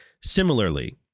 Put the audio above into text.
Similarly